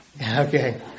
Okay